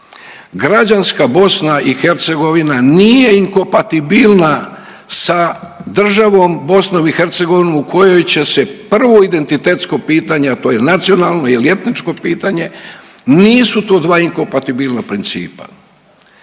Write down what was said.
Građanska BiH nije inkompatibilna sa državom BiH u kojoj će se prvo identitetsko pitanje, a to je nacionalno ili etničko pitanje, nisu to dva inkompatibilna principa.